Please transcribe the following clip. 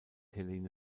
helene